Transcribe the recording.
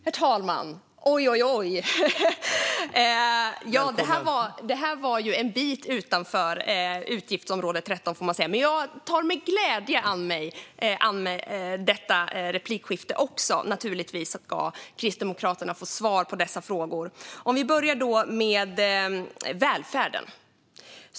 Herr talman! Oj, detta var en bit utanför utgiftsområde 13, får man säga! Men jag ska med glädje ta mig an detta replikskifte också, så att Kristdemokraterna ska få svar på dessa frågor. Låt oss börja med välfärden.